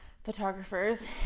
Photographers